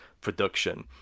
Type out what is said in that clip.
production